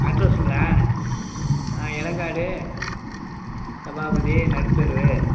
அட்ரஸுங்களா Ilangadu Sabapathi Nadutheru